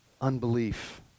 Unbelief